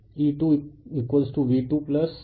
तो यह rE2V2I2R2jI2X2 है